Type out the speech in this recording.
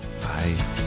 bye